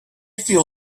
feel